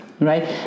right